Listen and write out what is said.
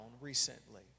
recently